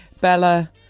Bella